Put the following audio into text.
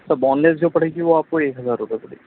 سر بون لیس جو پڑے گی وہ آپ کو ایک ہزار روپے پڑے گی